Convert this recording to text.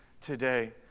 today